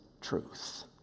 truth